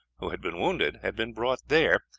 who had been wounded, had been brought there,